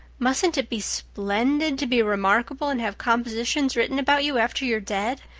mustn't it be splendid to be remarkable and have compositions written about you after you're dead?